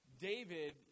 David